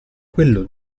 quello